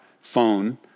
phone